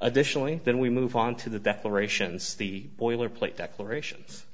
additionally then we move on to the declarations the boilerplate declarations